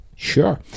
Sure